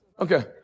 Okay